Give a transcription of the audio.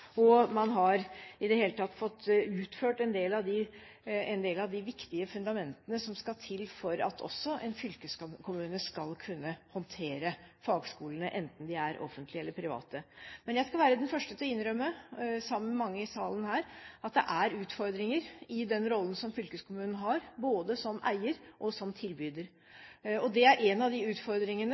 Man har i det hele tatt fått utført en del av de viktige fundamentene som skal til for at også en fylkeskommune skal kunne håndtere fagskolene, enten de er offentlige eller private. Men jeg skal være den første til å innrømme, sammen med mange i salen her, at det er utfordringer knyttet til den rollen som fylkeskommunen har, både som eier og som tilbyder. Og det er en av de utfordringene